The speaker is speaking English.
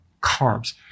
carbs